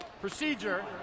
Procedure